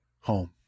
home